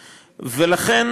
ולכן,